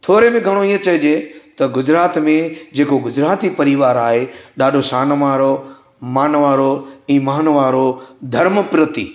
थोरे में घणो इअं चइजे त गुजरात में जेको गुजराती परिवार आहे ॾाढो शानवारो मानवारो ईमानवारो धर्मप्रती